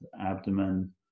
abdomen